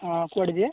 ହଁ କୁଆଡ଼େ ଯିବେ